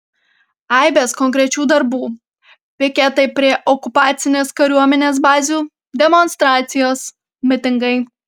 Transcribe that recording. aibės konkrečių darbų piketai prie okupacinės kariuomenės bazių demonstracijos mitingai